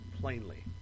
plainly